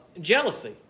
jealousy